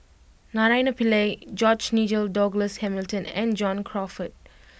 Naraina Pillai George Nigel Douglas Hamilton and John Crawfurd